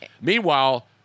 Meanwhile